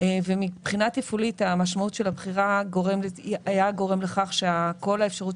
ומבחינה תפעולית המשמעות של הבחירה הייתה גורמת לכך שכל האפשרות